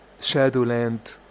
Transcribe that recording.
Shadowland